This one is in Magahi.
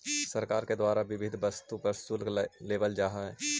सरकार के द्वारा विविध वस्तु पर शुल्क लेवल जा हई